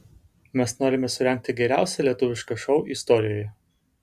mes norime surengti geriausią lietuvišką šou istorijoje